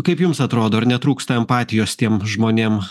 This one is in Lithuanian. kaip jums atrodo ar netrūksta empatijos tiem žmonėm